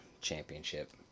championship